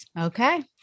Okay